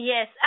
Yes